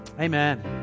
Amen